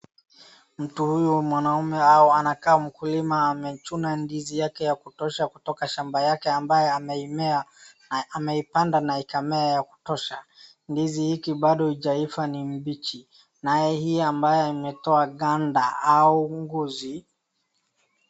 Mtu huyu mwanaume anakaa mkulima, amechuna ndizi yake ya kutosha kutoka shamba yake ambaye ameimea na ameipanda na ikamea ya kutosha. Ndizi hiki bado haijaiva, ni mbichi. Naye hii ambaye ametoa ganda au ngozi.